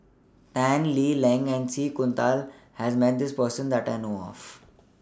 Tan Lee Leng and C has Met This Person that I know of